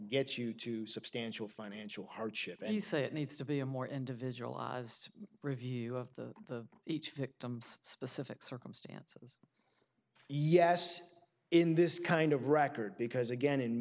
get you to substantial financial hardship and you say it needs to be a more individualized review of the each victim's specific circumstance yes in this kind of record because again in